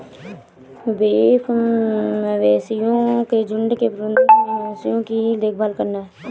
beef मवेशियों के झुंड के प्रबंधन में मवेशियों की देखभाल करना